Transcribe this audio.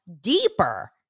Deeper